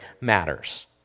matters